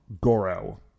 Goro